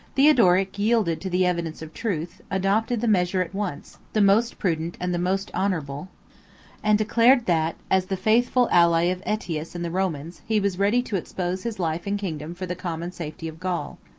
theodoric yielded to the evidence of truth adopted the measure at once the most prudent and the most honorable and declared, that, as the faithful ally of aetius and the romans, he was ready to expose his life and kingdom for the common safety of gaul.